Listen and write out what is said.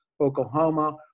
Oklahoma